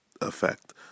effect